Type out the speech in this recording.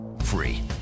Free